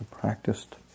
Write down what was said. practiced